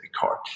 card